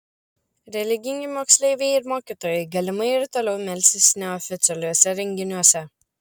religingi moksleiviai ir mokytojai galimai ir toliau melsis neoficialiuose renginiuose